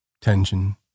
tension